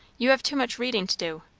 you have too much readin' to do.